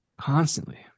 Constantly